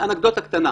אנקדוטה קטנה.